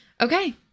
Okay